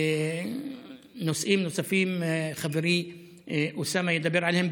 נוסעים נוספים, חברי אוסאמה ידבר עליהם.